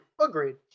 Agreed